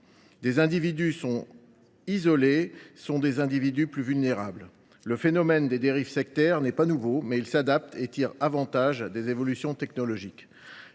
les individus isolés sont des individus plus vulnérables. Le phénomène des dérives sectaires n’est pas nouveau, mais il s’adapte et tire avantage des évolutions technologiques.